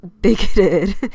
bigoted